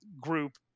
group